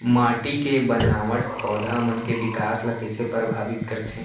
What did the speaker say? माटी के बनावट पौधा मन के बिकास ला कईसे परभावित करथे